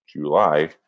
july